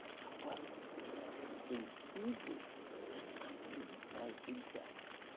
however in hebrew that is not what it says exactly.